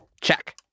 Check